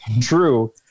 true